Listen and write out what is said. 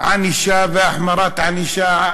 על ענישה והחמרת ענישה,